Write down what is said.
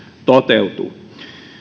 toteutuu